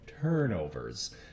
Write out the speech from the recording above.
turnovers